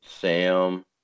Sam